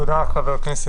תודה רבה.